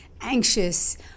anxious